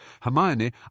Hermione